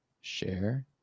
Share